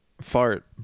fart